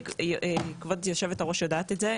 כבוד היו"ר יודעת את זה,